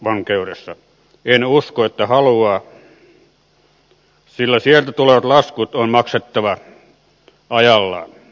en usko että haluaa sillä sieltä tulevat laskut on maksettava ajallaan